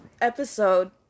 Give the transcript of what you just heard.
episode